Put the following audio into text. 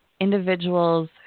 individuals